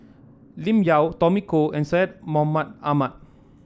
Lim Yau Tommy Koh and Syed Mohamed Ahmed